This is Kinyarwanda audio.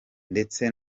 ndetse